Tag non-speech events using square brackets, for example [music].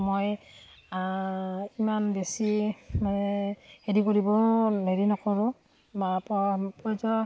মই ইমান বেছি হেৰি কৰিবও হেৰি নকৰোঁ [unintelligible]